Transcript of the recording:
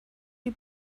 die